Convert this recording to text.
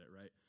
right